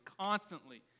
constantly